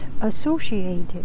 associated